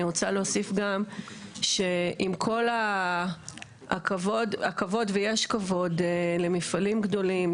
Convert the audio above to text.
אני רוצה להוסיף גם שעם כל הכבוד ויש כבוד למפעלים גדולים,